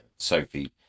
Sophie